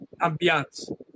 ambiance